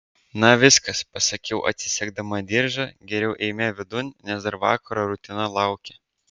na viskas pasakiau atsisegdama diržą geriau eime vidun nes dar vakaro rutina laukia